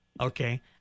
Okay